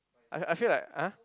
I I feel like !huh!